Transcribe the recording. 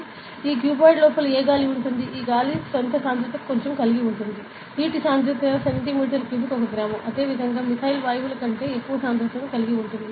మరియు ఈ క్యూబాయిడ్ లోపల ఏ గాలి ఉంటుంది ఈ గాలికి సొంత సాంద్రత కలిగి ఉంది నీటి సాంద్రత సెంటీమీటర్ క్యూబ్కు 1 గ్రాము అదేవిధంగా మిథైల్ వాయువుల కంటే ఎక్కువ సాంద్రతను కలిగి ఉంటుంది